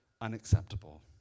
unacceptable